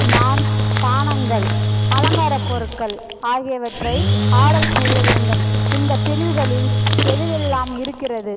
நான் பானங்கள் அலங்கார பொருட்கள் ஆகியவற்றை ஆர்டர் செய்ய வேண்டும் இந்தப் பிரிவுகளில் எதுவெல்லாம் இருக்கிறது